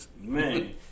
Man